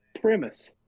premise